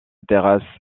terrasse